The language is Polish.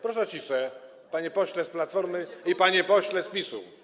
Proszę o ciszę, panie pośle z Platformy i panie pośle z PiS-u.